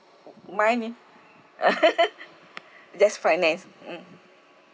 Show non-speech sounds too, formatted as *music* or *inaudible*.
uh mind me *laughs* just finance mm